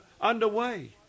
underway